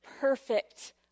perfect